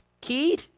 Key